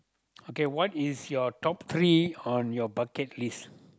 okay what is your top three on your bucket list